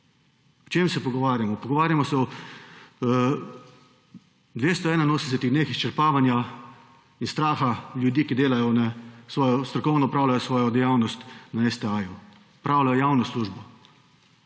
O čem se pogovarjamo? Pogovarjamo se o 281 dneh izčrpavanja in straha ljudi, ki delajo svojo, strokovno opravljajo svojo dejavnost v STA, opravljajo javno službo,